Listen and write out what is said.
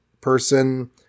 person